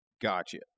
Gotcha